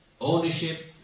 ownership